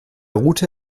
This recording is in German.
route